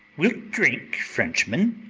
wilt drink, frenchman?